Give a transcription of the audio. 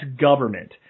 government